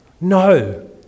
no